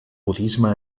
budisme